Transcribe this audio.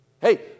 Hey